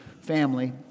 family